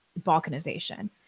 balkanization